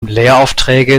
lehraufträge